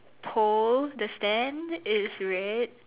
pole the stand is red